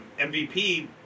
MVP